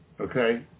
Okay